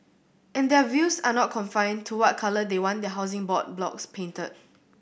and their views are not confined to what colour they want their Housing Board blocks painted